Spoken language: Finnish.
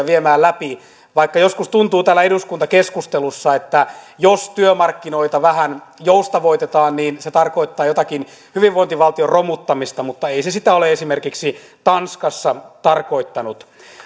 viemään läpi vaikka joskus tuntuu täällä eduskuntakeskustelussa että jos työmarkkinoita vähän joustavoitetaan niin se tarkoittaa jotakin hyvinvointivaltion romuttamista mutta ei ei se sitä ole esimerkiksi tanskassa tarkoittanut